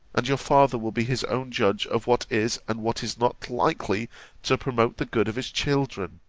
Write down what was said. and your father will be his own judge of what is and what is not likely to promote the good of his children.